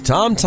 Tom